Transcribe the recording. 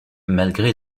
malgré